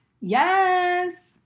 Yes